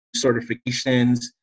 certifications